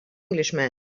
englishman